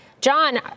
John